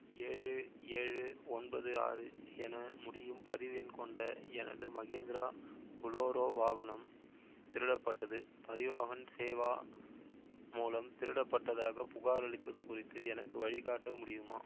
ஏழு ஏழு ஒன்பது ஆறு என முடியும் பதிவு எண் கொண்ட எனது மகேந்திரா பொலோரோ வாகனம் திருடப்பட்டது பரிவாஹன் சேவா மூலம் திருடப்பட்டதாகப் புகாரளிப்பது குறித்து எனக்கு வழிகாட்ட முடியுமா